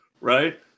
right